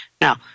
Now